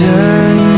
Turn